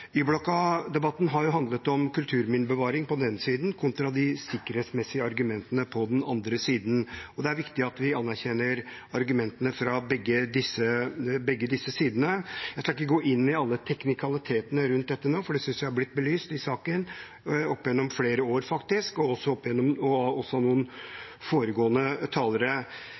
handlet om kulturminnebevaring på den ene siden kontra de sikkerhetsmessige argumentene på den andre siden, og det er viktig at vi anerkjenner argumentene fra begge disse sidene. Jeg skal ikke gå inn i alle teknikalitetene rundt dette nå, for det synes jeg har blitt belyst i saken, opp gjennom flere år faktisk, og også av noen av de foregående talerne. Når SV tar opp